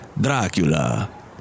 Dracula